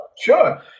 sure